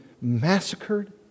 massacred